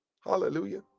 Hallelujah